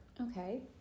Okay